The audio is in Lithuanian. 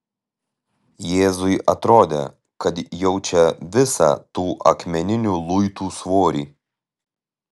jėzui atrodė kad jaučia visą tų akmeninių luitų svorį